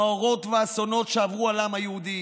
המאורעות והאסונות שעברו על העם היהודי,